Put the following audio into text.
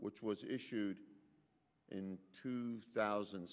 which was issued in two thousand